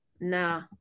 nah